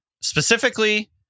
Specifically